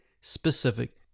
specific